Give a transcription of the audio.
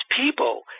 people